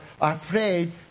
afraid